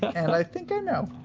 and i think i know.